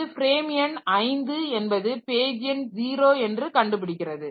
இது ஃப்ரேம் எண் 5 என்பது பேஜ் எண் 0 என்று கண்டுபிடிக்கிறது